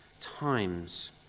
times